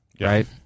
Right